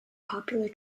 popular